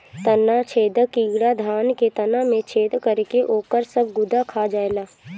तना छेदक कीड़ा धान के तना में छेद करके ओकर सब गुदा खा जाएला